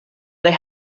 they